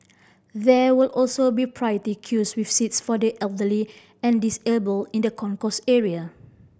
there will also be priority queues with seats for the elderly and disabled in the concourse area